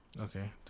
Okay